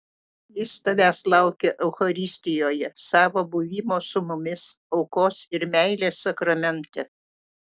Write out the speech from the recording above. jis tavęs laukia eucharistijoje savo buvimo su mumis aukos ir meilės sakramente